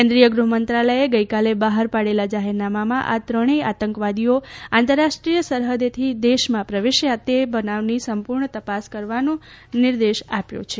કેન્દ્રિય ગુહમંત્રાલય ગઇકાલે બહાર પાડેલા જાહેરનામામાં આ ત્રણેય આતંકવાદીઓ આંતરરાષ્ટ્રીય સરહદેથી દેશમાં પ્રવેશ્યા એ બનાવની સંપૂર્ણ તપાસ કરવાનો નિર્દેશ આપ્યો છે